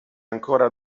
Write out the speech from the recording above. ancora